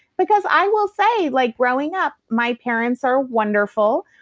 because i will say, like, growing up, my parents are wonderful,